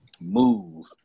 Move